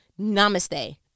namaste